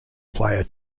player